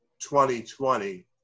2020